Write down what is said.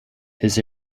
his